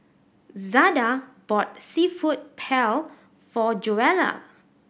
Zada bought Seafood Paella for Joella